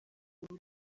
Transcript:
ubu